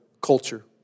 culture